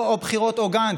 ולא או בחירות או גנץ.